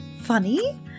funny